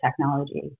technology